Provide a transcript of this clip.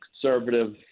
conservative